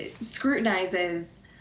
scrutinizes